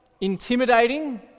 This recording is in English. intimidating